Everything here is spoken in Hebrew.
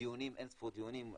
ואין ספור דיונים.